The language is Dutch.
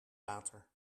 water